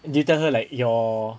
did you tell her like your